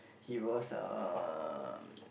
he was uh